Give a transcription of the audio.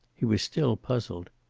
he was still puzzled.